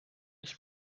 ich